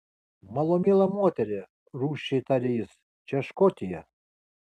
mano miela moterie rūsčiai tarė jis čia škotija